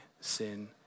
sin